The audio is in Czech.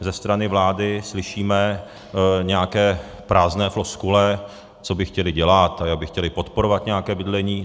Ze strany vlády slyšíme nějaké prázdné floskule, co by chtěli dělat, jak by chtěli podporovat nějaké bydlení.